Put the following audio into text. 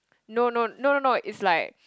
no no no no no is like